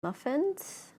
muffins